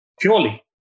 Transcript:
purely